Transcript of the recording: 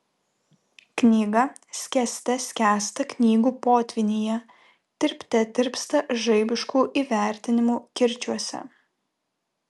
knyga skęste skęsta knygų potvynyje tirpte tirpsta žaibiškų įvertinimų kirčiuose